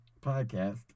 podcast